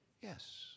Yes